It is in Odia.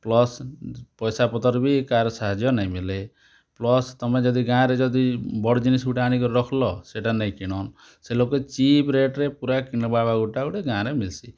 ପ୍ଲସ୍ ପଇସା ପତ୍ର ବି କାହାର୍ ସାହାଯ୍ୟ ନାଇ ମିଲେ ପ୍ଲସ୍ ତମେ ଯଦି ଗାଁ'ରେ ଯଦି ବଡ଼୍ ଜିନିଷ୍ ଗୁଟେ ଆଣିକରି ରଖ୍ଲ ସେଟା ନାଇ କିଣନ୍ ସେ ଲୋକ ଚିପ୍ ରେଟ୍ରେ ପୁରା ନେବା ଗୁଟେ ଗୁଟେ ଗାଁ'ରେ ବେଶୀ